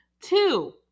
Two